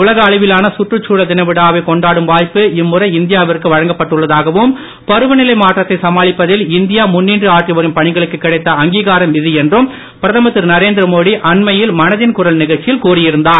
உலக அளவிலான கற்றுச்சூழல் தினவிழாவை கொண்டாடும் வாய்ப்பு இம்முறை இந்தியாவிற்கு வழங்கப்பட்டுள்ளதாகவும் பருவநிலை மாற்றத்தை சமாளிப்பதில் இந்தியா முன்னின்று ஆற்றிவரும் பணிகளுக்கு கிடைத்த அங்கிகாரம் இது என்றும் பிரதமர் திரு நரேந்திரமோடி அண்மையில் மனதின் குரல் நிகழ்ச்சியில் கூறியிருந்தார்